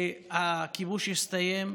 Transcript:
שהכיבוש הסתיים,